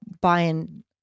buying